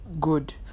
good